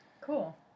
Cool